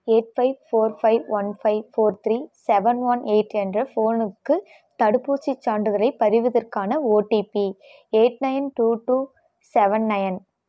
eight five four five one five four three seven one eight என்ற ஃபோனுக்கு தடுப்பூசிச் சான்றிதழை பரிவதற்கான OTP eight nine two two seven nine